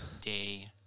Day